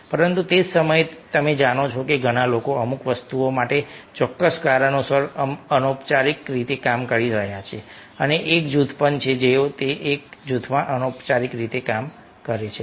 પરંતુ તે જ સમયે તમે જાણો છો કે ઘણા લોકો અમુક વસ્તુઓ માટે ચોક્કસ કારણોસર અનૌપચારિક રીતે કામ કરી રહ્યા છે અને એક જૂથ પણ છે જે તેઓ એક જૂથમાં અનૌપચારિક રીતે કામ કરે છે